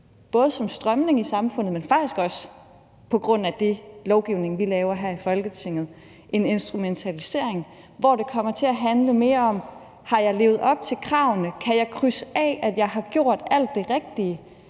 både som en strømning i samfundet, men faktisk også på grund af den lovgivning, vi laver her i Folketinget, har skabt en instrumentalisering, hvor det kommer til at handle mere om, om man har levet op til kravene, og om kan krydse af, at man har gjort alt det rigtige,